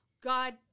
God